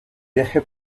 viaje